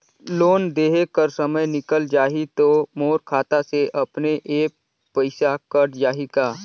Loan देहे कर समय निकल जाही तो मोर खाता से अपने एप्प पइसा कट जाही का?